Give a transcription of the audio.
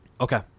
Okay